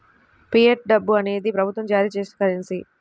fiat డబ్బు అనేది ప్రభుత్వం జారీ చేసిన కరెన్సీ